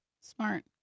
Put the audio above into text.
Smart